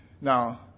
now